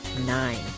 nine